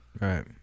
Right